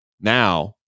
now